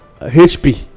HP